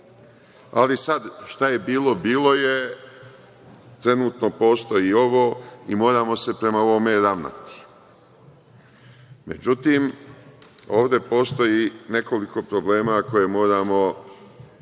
volja. Šta je bilo, bilo je. Trenutno postoji ovo i moramo se prema ovome ravnati. Međutim, ovde postoji nekoliko problema koje moramo da